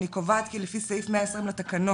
אני קובעת כי לפי סעיף 120 לתקנון,